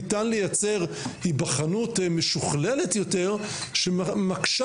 ניתן לייצר היבחנות משוכללת יותר שמקשה